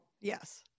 Yes